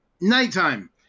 Nighttime